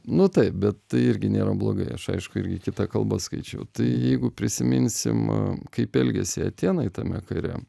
nu taip bet tai irgi nėra blogai aš aišku irgi kita kalba skaičiau tai jeigu prisiminsim kaip elgėsi atėnai tame kare